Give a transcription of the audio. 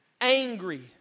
angry